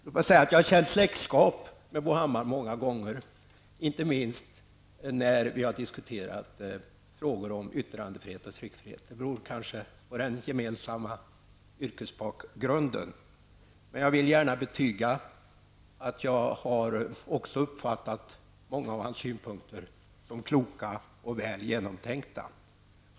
Låt mig säga att jag många gånger känt släktskap med Bo Hammar, inte minst när vi har diskuterat frågor om yttrandefrihet och tryckfrihet. Det beror kanske på den gemensamma yrkesbakgrunden, men jag vill gärna betyga att jag också har uppfattat många av hans synpunkter som kloka och väl genomtänkta.